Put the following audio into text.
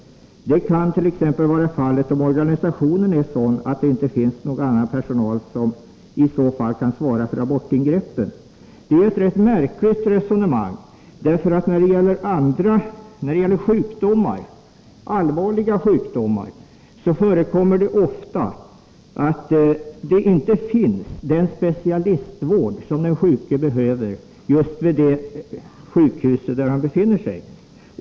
Detta kan t.ex. vara fallet om organisationen är sådan att det inte finns någon annan personal som i så fall kan svara för abortingreppen.” Det är ett rätt märkligt resonemang. När det gäller allvarliga sjukdomar förekommer det ofta att den specialistvård som den sjuke behöver inte finns just vid det sjukhus där han befinner sig.